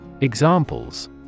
Examples